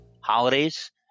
holidays